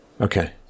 Okay